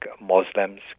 Muslims